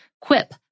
Quip